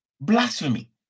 Blasphemy